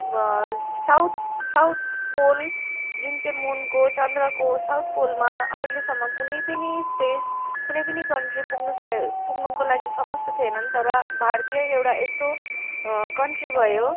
अब south south pole जुन चाहिँ मुनको चन्द्रको साउथ पोलमा अहिलेसम्म कुनै पनि स्पेस कुनै पनि कन्ट्री पुग्नसकेको पुग्नको लागिन समस्त थिएनन् तर भारतीय एउटा यस्तो कन्ट्री भयो